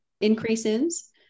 increases